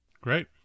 Great